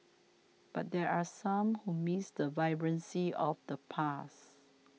but there are some who miss the vibrancy of the past